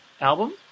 album